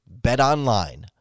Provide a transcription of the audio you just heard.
BetOnline